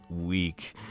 week